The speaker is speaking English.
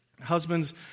husbands